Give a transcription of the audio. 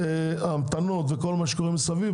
ההמתנות וכל מה שמסביב,